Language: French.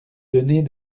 donner